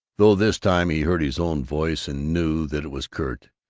though this time he heard his own voice and knew that it was curt,